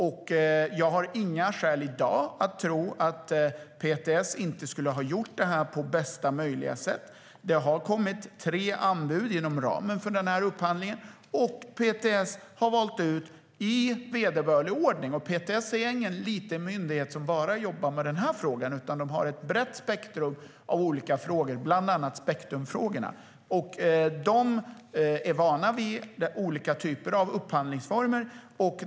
Jag har i dag inga skäl att tro att PTS inte skulle ha gjort upphandlingen på bästa möjliga sätt. Det har kommit tre anbud inom ramen för upphandlingen. PTS har i vederbörlig ordning valt ut ett. PTS är inte någon liten myndighet som bara jobbar med den här frågan. Den har ett brett spektrum av olika frågor, bland annat spektrumfrågorna. De är vana vid olika typer av upphandlingsformer.